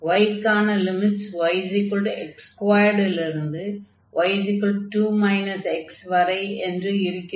y க்கான limits yx2 லிருந்து y2 x வரை என்று இருக்கிறது